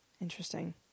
Interesting